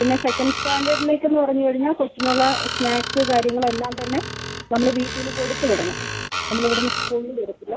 പിന്നെ സെക്കൻഡ് സ്റ്റാൻഡേർഡിലേക്കെന്ന് പറഞ്ഞ് കഴിഞ്ഞാൽ കൊച്ചിനുള്ള സ്നാക്സ് കാര്യങ്ങളെല്ലാം തന്നെ നമ്മൾ വീട്ടിൽ നിന്ന് കൊടുത്ത് വിടണം നമ്മൾ ഇവിടുന്ന് സ്കൂളിൽ നിന്ന് തരത്തില്ല